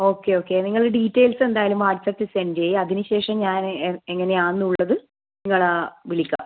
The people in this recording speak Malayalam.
ഓക്കെ ഓക്കെ നിങ്ങൾ ഡീറ്റെയിൽസ് എന്തായാലും വാട്ട്സ്ആപ്പിൽ സെൻ്റ് ചെയ്യ് അതിന് ശേഷം ഞാൻ എങ്ങനെയാണെന്നുള്ളത് നിങ്ങളെ വിളിക്കാം